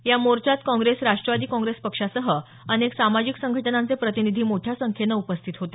या मोर्चात काँग्रेस राष्ट्रवादी काँग्रेस पक्षासह अनेक सामाजिक संघटनांचे प्रतिनिधी मोठ्या संख्येने उपस्थित होते